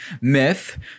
Myth